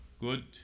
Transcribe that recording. good